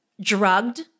drugged